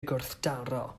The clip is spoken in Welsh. gwrthdaro